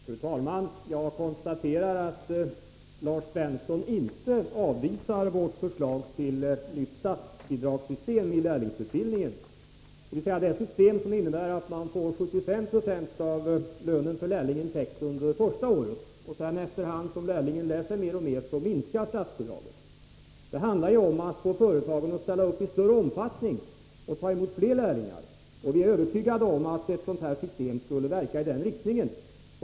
Fru talman! Jag konstaterar att Lars Svensson inte avvisar vårt förslag till nytt statsbidragssystem när det gäller lärlingsutbildningen, dvs. det system som innebär att företaget får 75 96 av lärlingslönen täckt under det första året. Efter hand som lärlingen lär sig mer och mer minskar sedan statsbidraget. Det handlar om att få företagen att ställa upp i större omfattning och ta emot fler lärlingar. Vi är övertygade om att ett sådant system skulle verka i denna riktning.